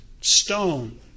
stone